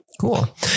Cool